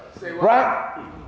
Right